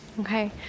Okay